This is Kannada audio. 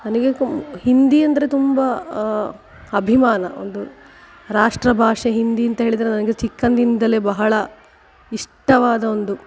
ನನಗೆ ಕುಮ್ ಹಿಂದಿ ಅಂದರೆ ತುಂಬ ಅಭಿಮಾನ ಒಂದು ರಾಷ್ಟ್ರ ಭಾಷೆ ಹಿಂದಿ ಅಂತ ಹೇಳಿದರೆ ನನಗೆ ಚಿಕ್ಕಂದಿನಿಂದಲೇ ಬಹಳ ಇಷ್ಟವಾದ ಒಂದು